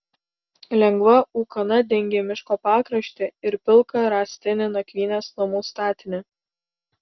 lengva ūkana dengė miško pakraštį ir pilką rąstinį nakvynės namų statinį